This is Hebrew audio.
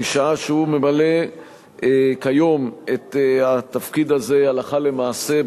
משעה שהוא ממלא כיום את התפקיד הזה הלכה למעשה,